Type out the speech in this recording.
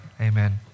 Amen